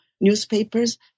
newspapers